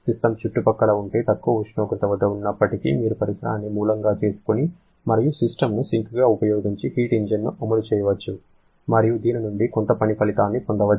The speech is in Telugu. సిస్టమ్ చుట్టుపక్కల కంటే తక్కువ ఉష్ణోగ్రత వద్ద ఉన్నప్పటికీ మీరు పరిసరాన్ని మూలంగా చేసుకొని మరియు సిస్టమ్ను సింక్గా ఉపయోగించి హీట్ ఇంజిన్ను అమలు చేయవచ్చు మరియు దీని నుండి కొంత పని ఫలితాన్ని పొందవచ్చు